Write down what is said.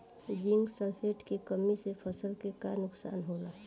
Zinc sulphate के कमी से फसल के का नुकसान होला?